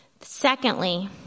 secondly